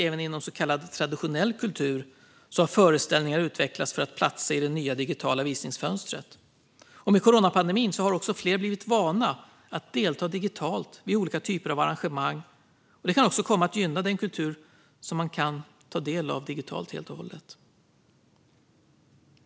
Även inom så kallad traditionell kultur har föreställningar utvecklats för att platsa i det nya digitala visningsfönstret. Med coronapandemin har också fler blivit vana att delta digitalt vid olika typer av arrangemang. Det kan också komma att gynna den kultur som man kan ta del av digitalt helt och hållet.